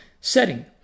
setting